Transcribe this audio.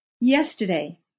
Yesterday